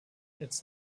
its